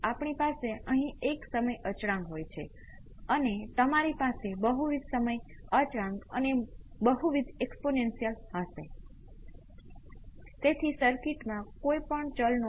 જો આપણી પાસે α x β y હોય તો સ્ટડી સ્ટેટ રિસ્પોન્સ એ સુપર ફોર્સ થશે આ α× પ્રથમ ઉકેલ β × બીજો ઉકેલ હશે